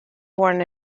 born